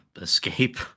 escape